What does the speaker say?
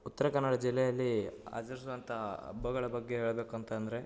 ಉತ್ತರ ಕನ್ನಡ ಜಿಲ್ಲೆಯಲ್ಲಿ ಆಚರಿಸುವಂಥ ಹಬ್ಬಗಳ ಬಗ್ಗೆ ಹೇಳ್ಬೇಕಂತ ಅಂದರೆ